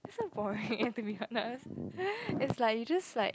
so boring you have to be earnest it's like you just like